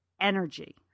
energy